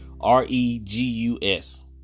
r-e-g-u-s